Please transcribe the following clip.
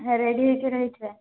ready ହେଇକି ରହିଥିବେ